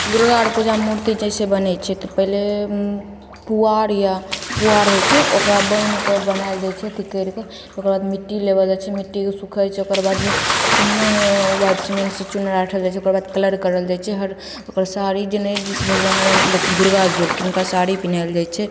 दुर्गा आर पूजामे मूर्ति जैसे बनय छै तऽ पहिले पुआर या पुआर होइ छै ओकरा बान्हिके बनायल जाइ छै अथी करिके ओकरबाद मिट्टी लगओल जाइ छै मिट्टी सुखय छै ओकरबादमे चूना ह्वाइट सीमेन्टसँ चुनारथल जाइ छै ओकर बाद कलर करल जाइ छै हर ओकर साड़ी जेना जैसे भगवान दुर्गा जी होलखिन हुनका साड़ी पहनायल जाइ छै